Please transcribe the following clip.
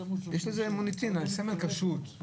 כל התיקונים שאתם רואים פה אפשר לשאול שאלה?